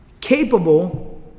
capable